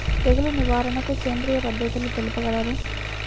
తెగులు నివారణకు సేంద్రియ పద్ధతులు తెలుపగలరు?